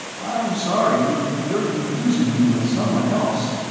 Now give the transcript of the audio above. i'm sorry, you're confusing me with someone else.